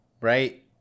right